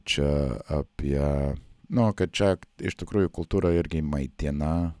čia apie nu kad čia iš tikrųjų kultūra irgi maitina